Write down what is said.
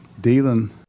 dealing –